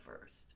first